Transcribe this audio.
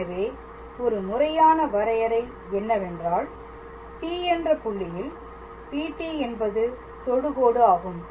எனவே ஒரு முறையான வரையறை என்னவென்றால் P என்ற புள்ளியில் PT என்பது தொடுகோடு ஆகும்